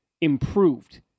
improved